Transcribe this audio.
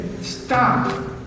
stop